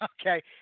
Okay